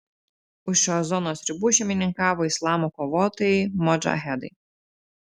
už šios zonos ribų šeimininkavo islamo kovotojai modžahedai